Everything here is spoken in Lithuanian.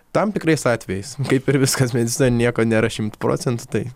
tam tikrais atvejais kaip ir viskas medicinoj nieko nėra šimtu procentų tai